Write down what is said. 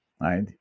right